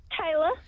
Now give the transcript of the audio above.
Taylor